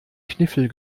kniffel